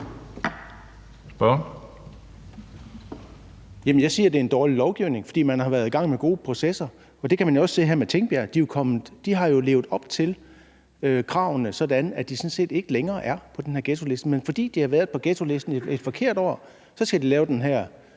Jeg siger, det er en dårlig lovgivning, fordi man har været i gang med gode processer. Det kan man jo også se her med Tingbjerg. De har levet op til kravene, sådan at de sådan set ikke længere er på den her ghettoliste. Men fordi de har været på ghettolisten et forkert år, skal de lave den her